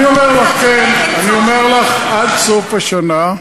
אני אומר לך: עד סוף השנה.